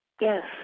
Yes